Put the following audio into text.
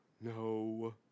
No